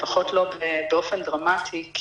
לפחות לא באופן דרמטי,